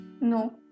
No